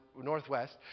Northwest